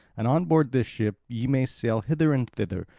and on board this ship ye may sail hither and thither,